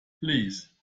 please